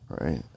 right